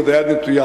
ועוד היד נטויה.